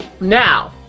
Now